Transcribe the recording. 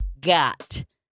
got